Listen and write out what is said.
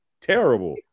terrible